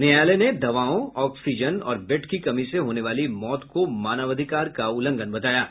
न्यायालय ने दवाओं ऑक्सीजन और बेड की कमी से होने वाली मौत को मानवाधिकार का उल्लंघन बताया है